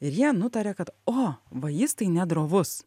ir jie nutaria kad o va jis tai ne drovus